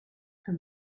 her